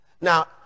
now